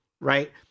Right